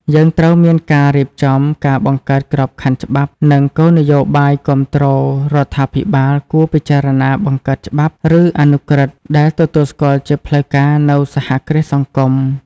យើងត្រូវមានការរៀបចំ ការបង្កើតក្របខ័ណ្ឌច្បាប់ និងគោលនយោបាយគាំទ្រ រដ្ឋាភិបាលគួរពិចារណាបង្កើតច្បាប់ ឬអនុក្រឹត្យ ដែលទទួលស្គាល់ជាផ្លូវការនូវសហគ្រាសសង្គម ។